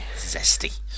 zesty